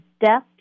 death